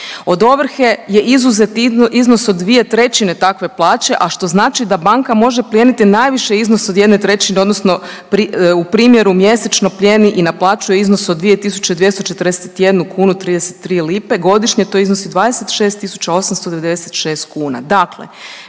od ovrhe je izuzet iznos od dvije trećine takve plaće, a što znači da banka može plijenit najviše iznos od jedne trećine odnosno u primjeru mjesečno plijeni i naplaćuje iznos od 2.241,33, godišnje to iznosi 26.896 kuna.